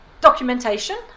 documentation